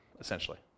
essentially